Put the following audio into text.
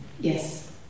Yes